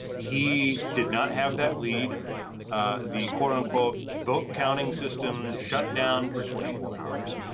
he did not have that lead ah the quote unquote vote counting system shut down for twenty four hours.